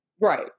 Right